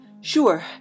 Sure